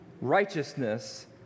righteousness